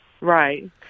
Right